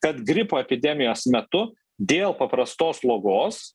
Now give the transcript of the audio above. kad gripo epidemijos metu dėl paprastos slogos